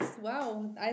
Wow